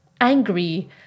angry